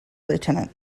lieutenant